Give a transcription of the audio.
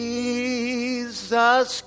Jesus